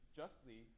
justly